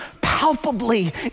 palpably